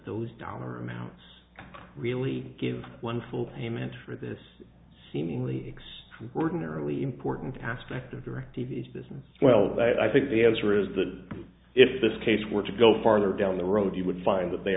those dollar amounts really give one full payment for this seemingly x ordinarily important aspect of directv is business well that i think the answer is that if this case were to go farther down the road you would find that they